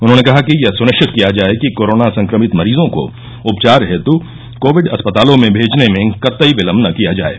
उन्होंने कहा कि यह सुनिश्चित किया जाये कि कोरोना संक्रमित मरीजों को उपचार हेत कोविड अस्पतालों में भेजने में कतई विलम्ब न किया जाये